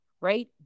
right